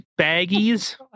baggies